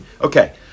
Okay